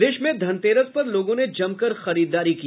प्रदेश में धनतेरस पर लोगों ने जमकर खरीददारी की